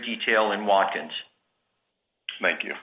detail and walk and make you